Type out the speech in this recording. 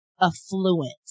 affluent